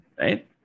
right